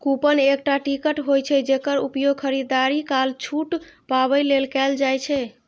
coupon एकटा ticket होइ छै, जेकर उपयोग खरीदारी काल छूट पाबै लेल कैल जाइ छै